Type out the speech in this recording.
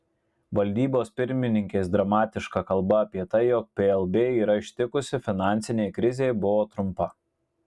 valdybos pirmininkės dramatiška kalba apie tai jog plb yra ištikusi finansinė krizė buvo trumpa